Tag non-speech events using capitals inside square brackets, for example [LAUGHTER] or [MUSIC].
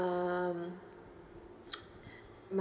[NOISE] my